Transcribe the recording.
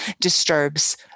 disturbs